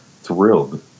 thrilled